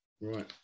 Right